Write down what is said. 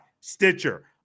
Stitcher